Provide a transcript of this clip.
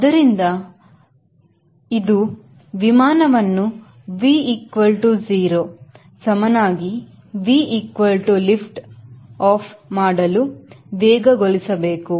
ಅದರಿಂದ ಇದು ವಿನ್ ವಿಮಾನವನ್ನು V0 ಸಮನಾಗಿ V equal to lift off ಮಾಡಲು ವೇಗ ಗೊಳಿಸಬೇಕು